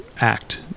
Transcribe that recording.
act